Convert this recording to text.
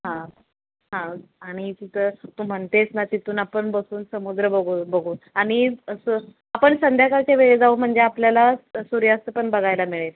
हां हां आणि तिथं तू म्हणतेस ना तिथून आपण बसून समुद्र बघू बघू आणि असं आपण संध्याकाळच्या वेळी जाऊ म्हणजे आपल्याला सूर्यास्त पण बघायला मिळेल